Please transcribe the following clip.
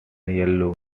yellow